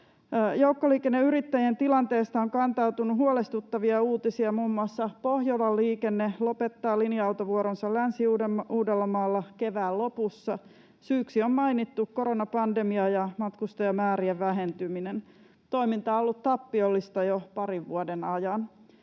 Joukkoliikenneyrittäjien tilanteesta on kantautunut huolestuttavia uutisia. Muun muassa Pohjolan Liikenne lopettaa linja-autovuoronsa Länsi-Uudellamaalla kevään lopussa. Syyksi on mainittu koronapandemia ja matkustajamäärien vähentyminen. Toiminta on ollut tappiollista jo parin vuoden ajan.